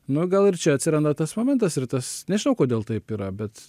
nu gal ir čia atsiranda tas momentas ir tas nežinau kodėl taip yra bet